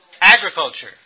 Agriculture